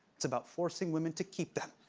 it's about forcing women to keep them.